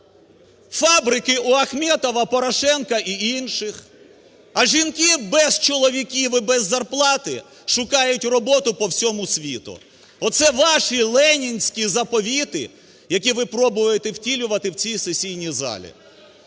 Фабрики - у Ахметова, Порошенка і інших. А жінки - без чоловіків і без зарплати шукають роботу по всьому світу. Оце ваші ленінські заповіти, які ви пробуєте втілювати в цій сесійній залі.